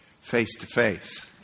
Face-to-face